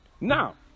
Now